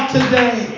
today